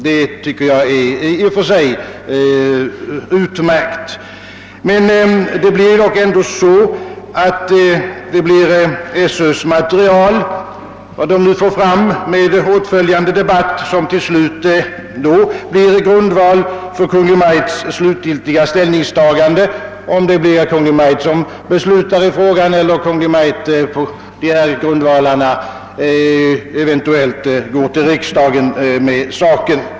Detta anser jag i och för sig vara utmärkt. Emellertid är det ändå skolöverstyrelsens material — vilket det nu kan bli — med åtföljande debatt, som till slut blir grundval för det slutgiltiga ställningstagandet, vare sig Kungl. Maj:t beslutar i frågan eller på dessa grundvalar eventuellt går till riksdagen med den.